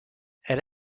elle